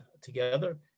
together